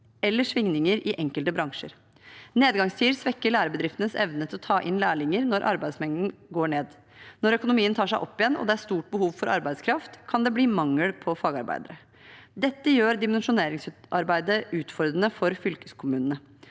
eller svingninger i enkelte bransjer. Nedgangstider svekker lærebedriftenes evne til å ta inn lærlinger når arbeidsmengden går ned. Når økonomien tar seg opp igjen, og det er stort behov for arbeidskraft, kan det bli mangel på fagarbeidere. Dette gjør dimensjoneringsarbeidet utfordrende for fylkeskommunene.